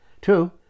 two